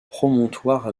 promontoire